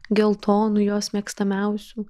geltonų jos mėgstamiausių